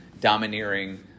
domineering